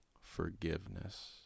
forgiveness